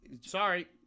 sorry